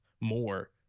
more